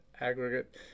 aggregate